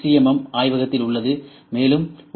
M ஆய்வகத்தில் உள்ளது மேலும் ஒரு சி